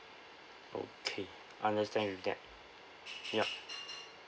okay understand with that yup